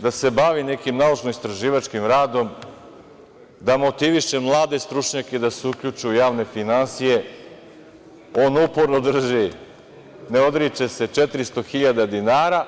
Znači, umesto da se bavi nekim naučno-istraživačkim radom, da motiviše mlade stručnjake da se uključe u javne finansije, on uporno drži, ne odriče se 400.000 dinara